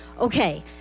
Okay